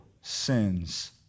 sins